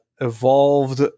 evolved